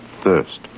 thirst